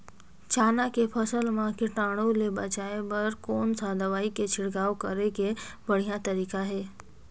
चाना के फसल मा कीटाणु ले बचाय बर कोन सा दवाई के छिड़काव करे के बढ़िया तरीका हे?